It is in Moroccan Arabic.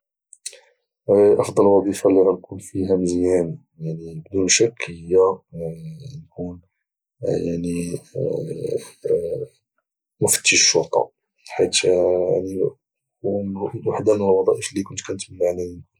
افضل وظيفة اللي غنكون فيها مزيان يعني بدون شك هي مفتش شرطة حيت واحدة من الوظائف اللي كنت كنتمتى انني نكون فيها